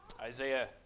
Isaiah